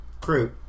Crew